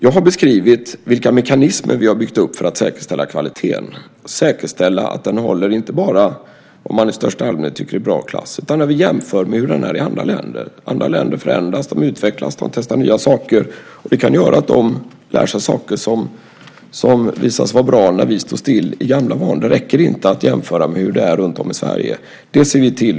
Jag har beskrivit vilka mekanismer vi har byggt upp för att säkerställa kvaliteten - säkerställa att den håller inte bara vad man i största allmänhet tycker är bra klass, utan när vi jämför med hur den är i andra länder. Andra länder förändras, de utvecklas och de testar nya saker, och det kan göra att de lär sig saker som visar sig vara bra när vi står still i gamla mål. Det räcker inte att jämföra med hur det är runtom i Sverige. Det ser vi till.